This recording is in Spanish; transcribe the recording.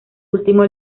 último